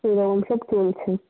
এই রকম সব চলছে